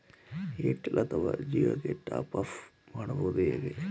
Airtel ಅಥವಾ ಜಿಯೊ ಗೆ top up ಮಾಡುವುದು ಹೇಗೆ?